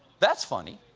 that's funny,